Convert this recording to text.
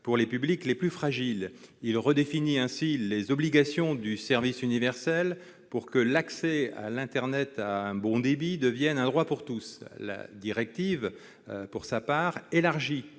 pour les publics les plus fragiles. Il redéfinit les obligations du service universel pour que l'accès à l'internet à un bon débit devienne un droit pour tous. Pour sa part, la